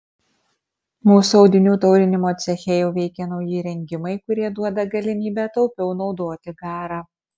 mūsų audinių taurinimo ceche jau veikia nauji įrengimai kurie duoda galimybę taupiau naudoti garą